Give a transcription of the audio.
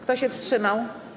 Kto się wstrzymał?